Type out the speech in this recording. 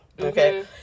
okay